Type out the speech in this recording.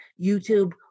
YouTube